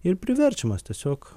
ir priverčiamas tiesiog